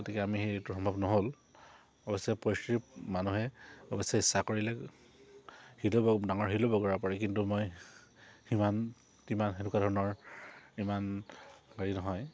গতিকে আমি সেইটো সম্ভৱ নহ'ল অৱশ্যে পৰিস্থিতিৰ মানুহে অৱশ্যে ইচ্ছা কৰিলে শিল ডাঙৰ শিলো বগৰাব পাৰি কিন্তু মই সিমান কিমান সেনেকুৱা ধৰণৰ ইমান হেৰি নহয়